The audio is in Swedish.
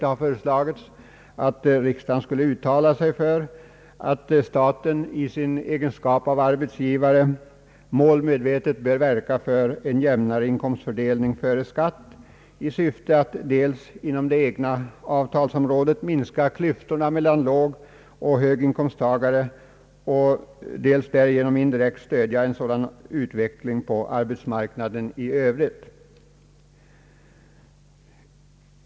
Det har föreslagits att riksdagen skulle uttala sig för att staten i sin egenskap av arbetsgivare målmedvetet bör verka för en jämnare inkomstfördelning före skatt i syfte att dels inom det egna avtalsområdet minska klyftorna mellan lågoch högin komsttagare, dels därigenom indirekt stödja en sådan utveckling på arbetsmarknaden i övrigt.